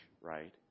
right